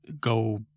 go